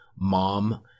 Mom